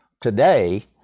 Today